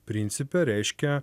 principe reiškia